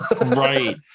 Right